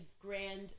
grand